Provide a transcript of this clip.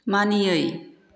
मानियै